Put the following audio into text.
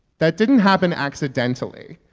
that didn't happen accidentally.